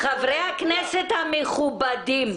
חברי הכנסת המכובדים,